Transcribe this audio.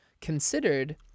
considered